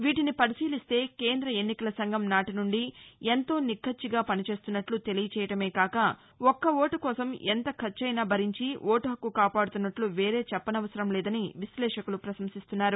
వీటిని పరిశీలిస్తే కేంద్ర ఎన్నికల సంఘం నాటి నుండి ఎంతో నిక్కచ్చిగా పనిచేస్తున్నట్లు తెలియటమే కాక ఒక్క వోటు కోసం ఎంత ఖర్చునైనా భరించి వోటు హక్కు కాపాడుతున్నట్లు వేరే చెప్పనవసరం లేదని విశ్లేషకులు పసంసిస్తున్నారు